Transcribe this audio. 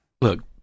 Look